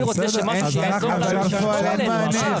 אני רוצה משהו שיהיה טוב ל --- בסדר,